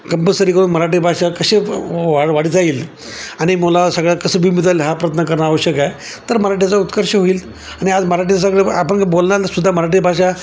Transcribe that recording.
compulsory करून मराठी भाषा कसे वा वाढता येईल आणि मुला सगळ्या कसं हा प्रयत्न करणं आवश्यक आहे तर मराठीचा उत्कर्ष होईल आणि आज मराठी सगळं आपण बोलण्यालासुद्धा मराठी भाषा